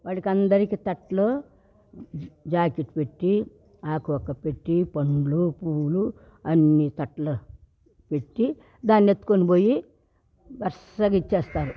వాళ్ళకందరికి తట్లు జాకిట్ పెట్టి ఆకు వక్క పెట్టి పండ్లు పూలు అన్ని తట్లో పెట్టి దాన్నెత్తుకోని పోయి వరుసగా ఇచ్చేస్తారు